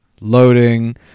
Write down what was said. loading